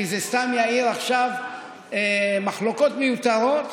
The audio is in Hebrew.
כי זה סתם יעיר עכשיו מחלוקות מיותרות